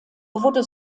wurde